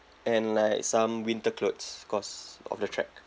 and like some winter clothes cause of the track